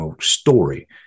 story